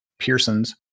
Pearson's